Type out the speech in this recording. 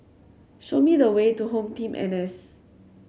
show me the way to HomeTeam N S